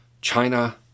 china